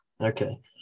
okay